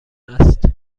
است